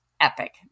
epic